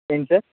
ఏంటి సార్